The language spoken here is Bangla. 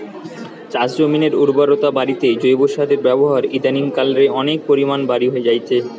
চাষজমিনের উর্বরতা বাড়িতে জৈব সারের ব্যাবহার ইদানিং কাল রে অনেক পরিমাণে বাড়ি জাইচে